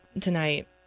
tonight